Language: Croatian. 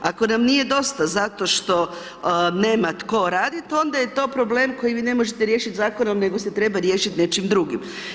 Ako nam nije dosta zato što nema tko radit onda je to problem koji vi ne možete riješit zakonom nego se treba riješit nečim drugim.